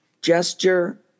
gesture